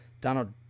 Donald